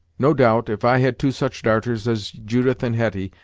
no doubt, if i had two such darters as judith and hetty,